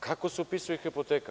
Kako se upisuje hipoteka?